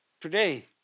today